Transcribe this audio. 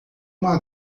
uma